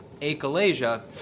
achalasia